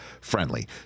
friendly